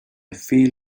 feel